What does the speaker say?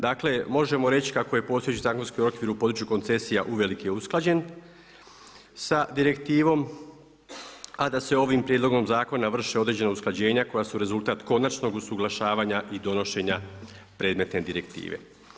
Dakle, možemo reći kako je postojeći zakonski okvir u području koncesija uvelike usklađen sa direktivom, a da se ovim prijedlogom zakona vrše određena usklađenja koja su rezultat konačnog usuglašavanja i donošenja predmetne direktive.